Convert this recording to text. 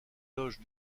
loge